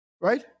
Right